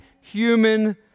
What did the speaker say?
human